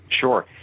Sure